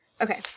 Okay